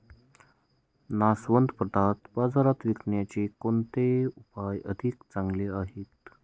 नाशवंत पदार्थ बाजारात विकण्याचे कोणते उपाय अधिक चांगले आहेत?